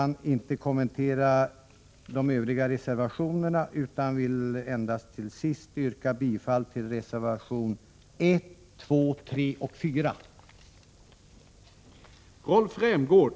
Jag skall inte kommentera de övriga reservationerna utan vill endast till sist yrka bifall till reservationerna 1, 2, 3 och 4.